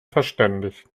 verständigt